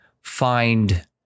find